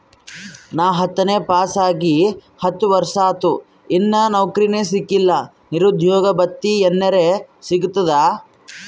ನಾ ಹತ್ತನೇ ಪಾಸ್ ಆಗಿ ಹತ್ತ ವರ್ಸಾತು, ಇನ್ನಾ ನೌಕ್ರಿನೆ ಸಿಕಿಲ್ಲ, ನಿರುದ್ಯೋಗ ಭತ್ತಿ ಎನೆರೆ ಸಿಗ್ತದಾ?